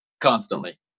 constantly